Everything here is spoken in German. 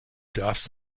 darfst